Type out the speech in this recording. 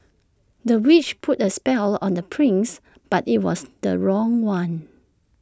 the witch put A spell on the prince but IT was the wrong one